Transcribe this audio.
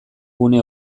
gune